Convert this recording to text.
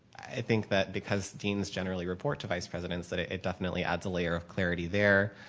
i think that because deans generally report to vice presidents that it definitely adds a layer of clarity there